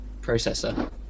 processor